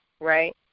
Right